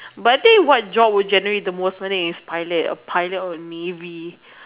but I think what job would generate the most money is pilot a pilot or navy